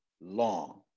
long